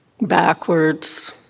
backwards